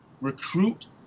recruit